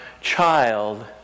child